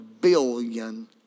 billion